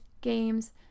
games